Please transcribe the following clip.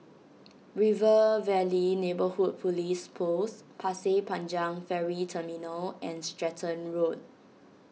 River Valley Neighbourhood Police Post Pasir Panjang Ferry Terminal and Stratton Road